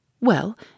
Well